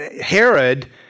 Herod